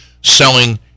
Selling